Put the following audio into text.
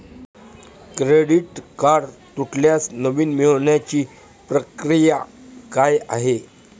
Credit card तुटल्यास नवीन मिळवण्याची प्रक्रिया काय आहे?